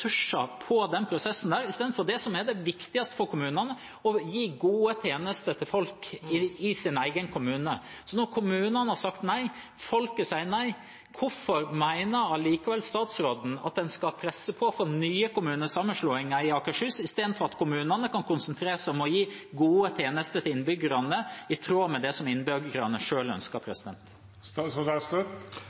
prosessen, istedenfor det som er det viktigste for kommunene: å gi gode tjenester til folk i sin egen kommune. Når kommunene har sagt nei, folket sier nei: Hvorfor mener statsråden at en allikevel skal presse på for nye kommunesammenslåinger i Akershus, istedenfor at kommunene kan konsentrere seg om å gi gode tjenester til innbyggerne, i tråd med det innbyggerne